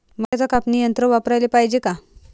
मक्क्याचं कापनी यंत्र वापराले पायजे का?